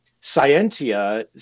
Scientia